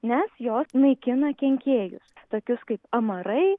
nes jos naikina kenkėjus tokius kaip amarai